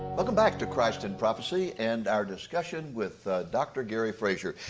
welcome back to christ in prophecy and our discussion with dr. gary frazier.